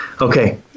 Okay